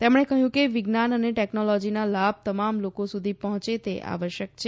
તેમણે કહયું કે વિજ્ઞાન અને ટેકનોલોજીના લાભ તમામ લોકો સુધી પહોંચે તે આવશ્યક છે